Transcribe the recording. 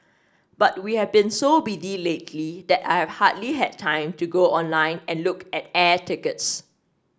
but we have been so busy lately that I have hardly had time to go online and look at air tickets